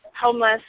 homeless